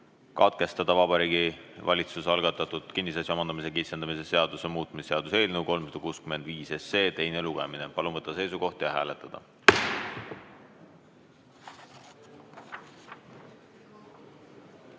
katkestada Vabariigi Valitsuse algatatud kinnisasja omandamise kitsendamise seaduse muutmise seaduse eelnõu 365 teine lugemine. Palun võtta seisukoht ja hääletada!